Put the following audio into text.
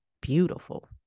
beautiful